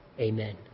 Amen